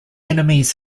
enemies